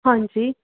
ਹਾਂਜੀ